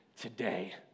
today